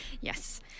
Yes